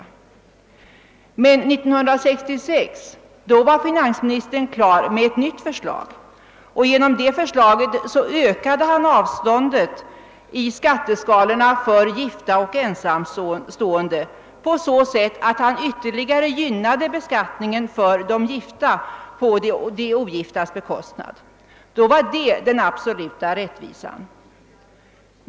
År 1966 var dock finansministern klar med ett nytt förslag, som innebar att han ökade avståndet mellan skatteskalorna för gifta och skatteskalorna för ensamstående, varigenom han ytterligare gynnade beskattningen för de gifta på de ogiftas bekostnad. Då var det den absoluta rättvisan.